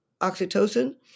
oxytocin